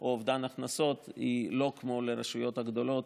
או אובדן הכנסות היא לא כמו של הרשויות הגדולות,